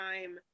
time